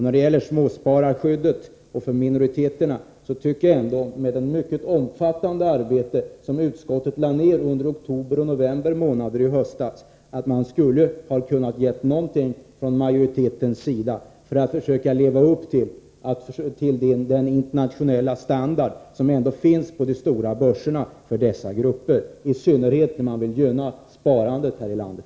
När det gäller skyddet för småspararna och minoriteterna tycker jag ändå — med tanke på det mycket omfattande arbete som utskottet lade ned under oktober och november i höstas — att man från utskottets sida skulle ha kunnat göra något för att försöka leva upp till den internationella standard för dessa grupper som finns på de stora börserna, i synnerhet som man i dag vill gynna sparandet här i landet.